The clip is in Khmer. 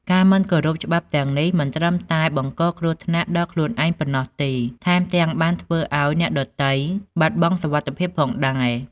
ការមិនគោរពច្បាប់ទាំងនេះមិនត្រឹមតែបង្កគ្រោះថ្នាក់ដល់ខ្លួនឯងប៉ុណ្ណោះទេ ថែមទាំងបានធ្វើឱ្យអ្នកដ៏ទៃបាត់បង់សុវត្ថិភាពផងដែរ។